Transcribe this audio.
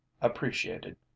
appreciated